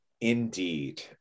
indeed